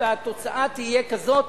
והתוצאה תהיה כזאת